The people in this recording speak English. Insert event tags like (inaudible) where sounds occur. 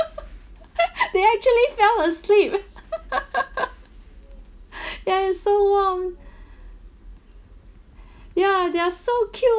(laughs) they actually fell asleep (laughs) (breath) they are so warm (breath) ya they are so cute